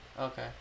Okay